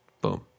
Boom